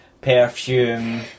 perfume